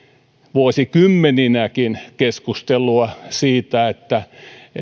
vuosikymmeninäkin keskustelua siitä että